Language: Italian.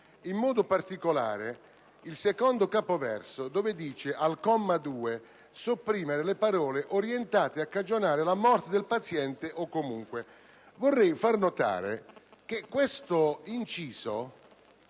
in modo particolare, il secondo capoverso, dove si dice: «*Al* *comma 2* *sopprimere* *le parole*: "orientate a cagionare la morte del paziente o comunque"». Vorrei far notare che questo inciso